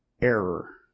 error